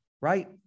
right